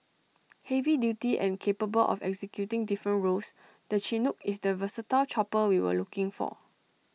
heavy duty and capable of executing different roles the Chinook is the versatile chopper we were looking for